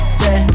set